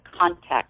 context